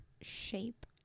Shape